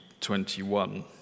2021